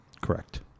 Correct